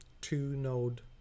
two-node